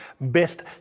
best